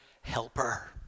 helper